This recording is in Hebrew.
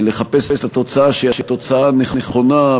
לחפש את התוצאה שהיא התוצאה הנכונה,